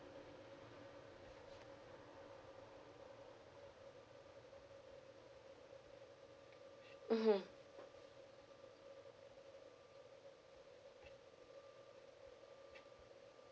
mmhmm